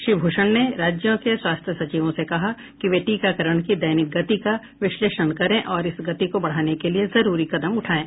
श्री भूषण ने राज्यों के स्वास्थ्य सचिवों से कहा कि वे टीकाकरण की दैनिक गति का विश्लेषण करें और इस गति को बढ़ाने के लिए जरूरी कदम उठाएं